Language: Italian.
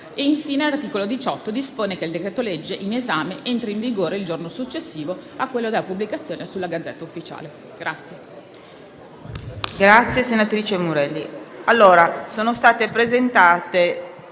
Infine, l'articolo 18 dispone che il decreto-legge in esame entri in vigore il giorno successivo a quello della sua pubblicazione nella Gazzetta Ufficiale.